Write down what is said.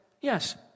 Yes